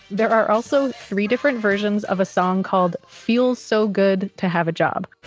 there are also three different versions of a song called feels so good to have a job